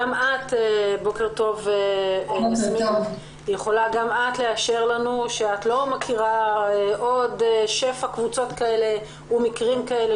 גם את יכולה לאשר לנו שאת לא מכירה עוד שפע קבוצות ומקרים כאלה